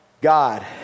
God